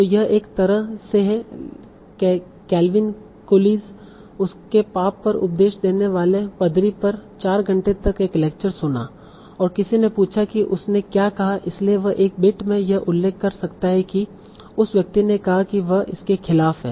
तो यह एक तरह से है केल्विन कूलिज उसने पाप पर उपदेश देने वाले पादरी पर 4 घंटे तक एक लेक्चर सुना और किसी ने पूछा कि उसने क्या कहा इसलिए वह एक बिट में यह उल्लेख कर सकता है उस व्यक्ति ने कहा कि वह इसके खिलाफ है